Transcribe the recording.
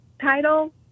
title